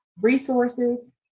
resources